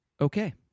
Okay